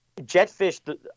Jetfish